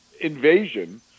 invasion